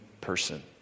person